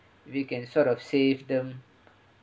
we can sort of save them